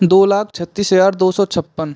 दो लाख छत्तीस हज़ार दो सौ छप्पन